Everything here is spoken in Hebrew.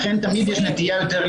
כמו ששמעתם,